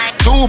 Two